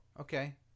Okay